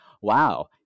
wow